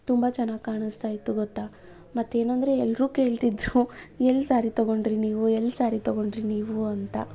ತುಂಬ ಚೆನ್ನಾಗಿ ಕಾಣಿಸ್ತಾಯಿತ್ತು ಗೊತ್ತಾ ಮತ್ತೇನೆಂದ್ರೆ ಎಲ್ಲರೂ ಕೇಳ್ತಿದ್ರು ಎಲ್ಲಿ ಸಾರಿ ತಗೊಂಡ್ರಿ ನೀವು ಎಲ್ಲಿ ಸಾರಿ ತಗೊಂಡ್ರಿ ನೀವು ಅಂತ